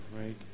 right